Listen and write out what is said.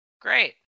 Great